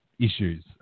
issues